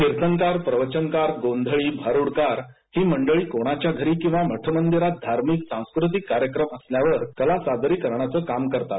कीर्तनकार प्रवचनकार गोंधळी भारुडकार ही मंडळी कोणाच्या घरी किंवा मठ मंदिरांत धार्मिक सांस्कृतिक कार्यक्रम असल्यावर कला सादरीकरणाचं काम करतात